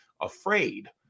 afraid